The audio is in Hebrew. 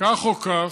בסדר,